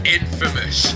infamous